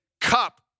cup